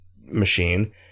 machine